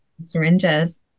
syringes